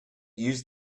use